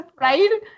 right